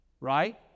right